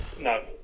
no